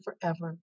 forever